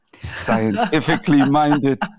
scientifically-minded